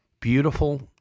beautiful